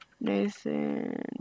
Nathan